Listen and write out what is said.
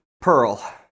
Pearl